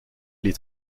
les